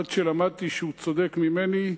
עד שלמדתי שהוא צודק ממני: